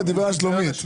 הוא דיבר על שלומית.